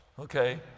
okay